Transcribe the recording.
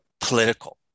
political